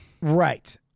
Right